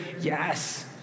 yes